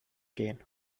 gehen